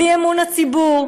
בלי אמון הציבור,